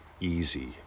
easy